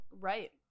Right